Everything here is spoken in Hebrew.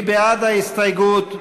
מי בעד ההסתייגות?